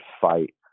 fight